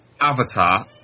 Avatar